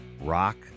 Rock